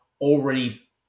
already